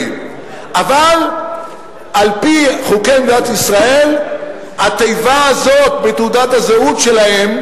אבל על-פי חוקי מדינת ישראל התיבה הזאת בתעודת הזהות שלהם,